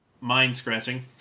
mind-scratching